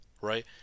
right